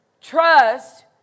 Trust